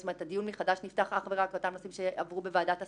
זאת אומרת הדיון מחדש נפתח אך ורק על אותם נושאים שעברו בוועדת הסכמות.